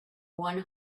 one